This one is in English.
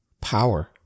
power